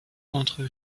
entre